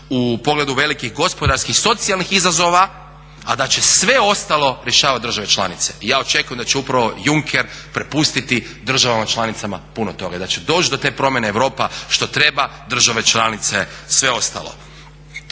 u pogledu velikih gospodarskih, socijalnih izazova a da će sve ostalo rješavati države članice. I ja očekujem da će upravo Juncker prepustiti državama članicama puno toga i da će doći do te promjene Europa što treba države članice sve ostalo.